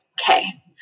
okay